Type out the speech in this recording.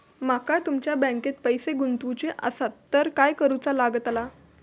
माका तुमच्या बँकेत पैसे गुंतवूचे आसत तर काय कारुचा लगतला?